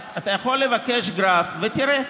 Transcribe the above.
אתה יכול לבקש גרף, ותראה.